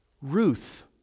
Ruth